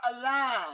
alive